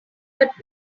but